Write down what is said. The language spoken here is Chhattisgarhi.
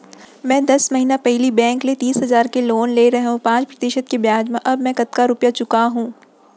मैं दस महिना पहिली बैंक ले तीस हजार के लोन ले रहेंव पाँच प्रतिशत के ब्याज म अब मैं कतका रुपिया चुका हूँ?